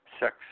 sex